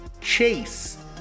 Chase